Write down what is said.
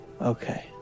Okay